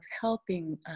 helping